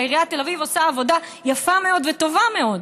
עיריית תל אביב עושה עבודה יפה מאוד וטובה מאוד.